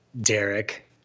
Derek